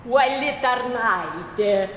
uoli tarnaitė